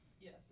Yes